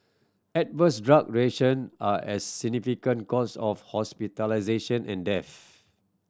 adverse drug reaction are as significant cause of hospitalisation and deaths